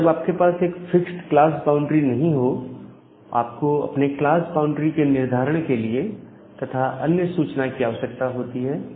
तो जब आपके पास एक फिक्स्ड क्लास बाउंड्री नहीं हो आपको अपने क्लास बाउंड्री के निर्धारण के लिए अन्य सूचना की आवश्यकता होती है